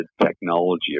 technology